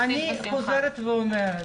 לא,